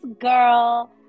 girl